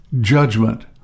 Judgment